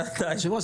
היושב-ראש,